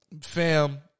Fam